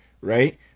right